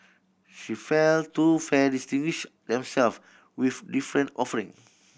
she felt two fairs distinguished themselves with different offering